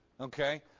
Okay